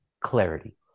clarity